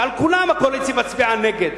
כשעל כולם הקואליציה מצביעה נגד.